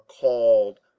called